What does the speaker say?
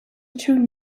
true